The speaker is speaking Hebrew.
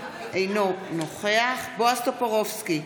אינו נוכח בועז טופורובסקי,